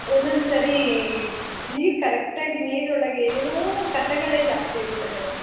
ಒಂದೊಂದು ಸಾರಿ ನೀರು ಕರೆಕ್ಟಾಗಿ ನೀರೊಳಗೇ ಏನೇನೋ ಕಸಗಳೇ ಜಾಸ್ತಿ ಇರುತ್ತೆ ಮೇಡಮ್